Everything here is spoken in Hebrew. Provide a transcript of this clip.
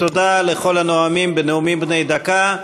תודה לכל הנואמים בנאומים בני דקה.